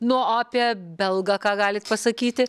nu o apie belgą ką galit pasakyti